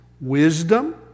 wisdom